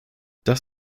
das